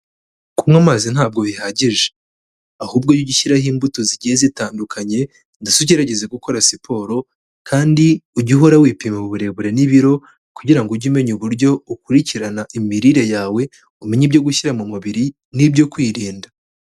Kunywa amazi ntabwo bihagije, ahubwo iyo ugiye ushyiraho imbuto zigiye zitandukanye ndetse ugerageze gukora siporo kandi ujye uhora wipima uburebure n'ibiro kugira ngo ujye umenya uburyo ukurikirana imirire yawe, umenye ibyo gushyira mu mubiri n'ibyo kwirinda.